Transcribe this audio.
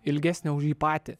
ilgesnė už jį patį